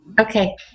Okay